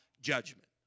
judgment